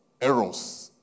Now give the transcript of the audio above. errors